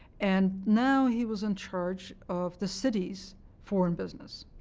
and now he was in charge of the city's foreign business.